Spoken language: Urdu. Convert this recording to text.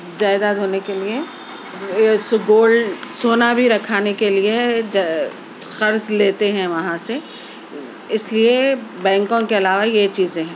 جائیداد ہونے کے لئے سو گولڈ سونا بھی رکھنے کے لئے جو قرض لیتے ہیں وہاں سے اِس لئے بینکوں کے علاوہ یہ چیزیں ہیں